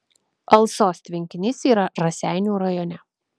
alsos tvenkinys yra raseinių rajone